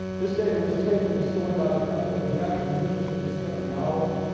this data was taken and stored by the company without the user's consent or knowledge.